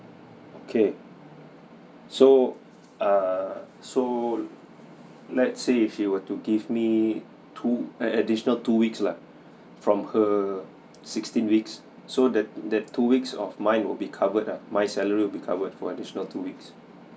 okay so uh so let say if you were to give me two add additional two weeks lah from her sixteen weeks so that that two weeks of mine will be covered ah my salary will be covered for additional two weeks